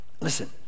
Listen